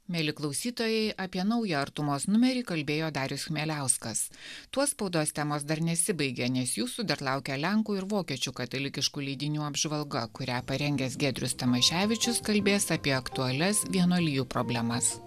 mieli klausytojai apie naują artumos numerį kalbėjo darius chmieliauskas tuo spaudos temos dar nesibaigė nes jūsų dar laukia lenkų ir vokiečių katalikiškų leidinių apžvalga kurią parengęs giedrius tamaševičius kalbės apie aktualias vienuolijų problemas